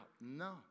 No